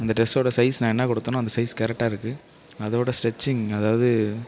அந்த ட்ரெஸ்ஸோடய சைஸ் நான் என்ன கொடுத்தனோ அந்த சைஸ் கரெக்ட்டாக இருக்குது அதோடய ஸ்டெச்சிங் அதாவது